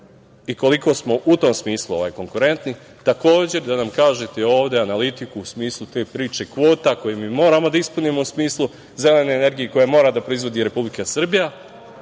i koliko smo u tom smislu konkurentni. Takođe, da nam kažete i ovde analitiku u smislu te priče kvota koje mi moramo da ispunimo u smislu zelene energije, koju mora da proizvodi Republika Srbija